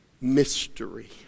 mystery